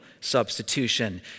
substitution